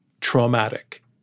traumatic